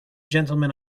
gentlemen